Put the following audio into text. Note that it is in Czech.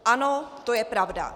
Ano, to je pravda.